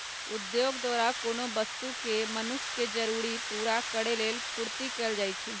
उद्योग द्वारा कोनो वस्तु के मनुख के जरूरी पूरा करेलेल पूर्ति कएल जाइछइ